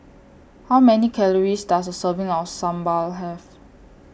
How Many Calories Does A Serving of Sambar Have